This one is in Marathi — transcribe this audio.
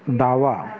दावा